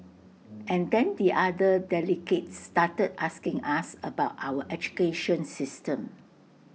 and then the other delegates started asking us about our education system